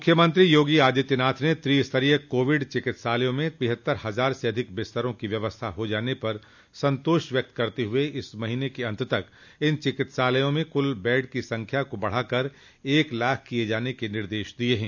मख्यमंत्री योगी आदित्यनाथ ने न त्रिस्तरीय कोविड चिकित्सालयों में तिहत्तर हजार से अधिक बिस्तरों की व्यवस्था हो जाने पर संतोष व्यक्त करते हुए इस माह के अन्त तक इन चिकित्सालयों में कुल बेड की संख्या को बढ़ाकर एक लाख किए जाने के निर्देश दिए हैं